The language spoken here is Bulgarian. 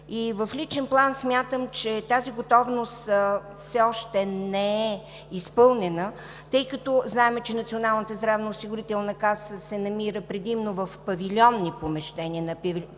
В личен план смятам, че тази готовност все още не е изпълнена, тъй като знаем, че Националната здравноосигурителна каса се намира предимно в павилионни помещения, на павилионен